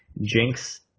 Jinx